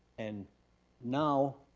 and now,